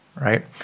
Right